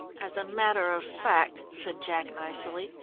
as a matter of fact, said jack icily,